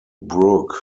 brook